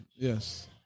Yes